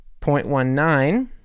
0.19